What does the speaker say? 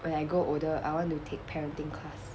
when I grow older I want to take parenting class